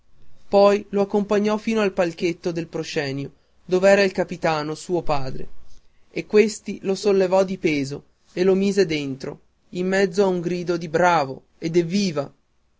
poi lo accompagnò fino al palchetto del proscenio dov'era il capitano suo padre e questi lo sollevò di peso e lo mise dentro in mezzo a un gridìo di bravo e d'evviva